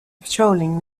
patrolling